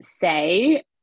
say